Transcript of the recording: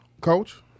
Coach